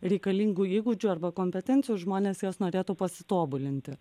reikalingų įgūdžių arba kompetencijų žmonės juos norėtų pasitobulinti